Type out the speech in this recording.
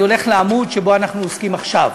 ואני הולך לעמוד שבו אנחנו עוסקים עכשיו.